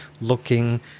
looking